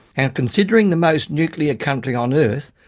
and considering the most nuclear country on earth,